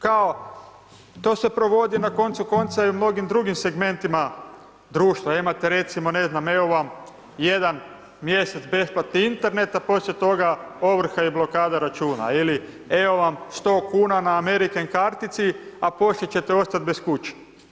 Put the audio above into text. Kao to se provodi na koncu konca i u mnogim drugim segmentima društva, imate recimo ne znam evo vam jedan mjesec besplatni Internet, a poslije toga ovrha i blokada računa, ili evo vam 100 kuna na American kartici, a poslije ćete ostat bez kuće.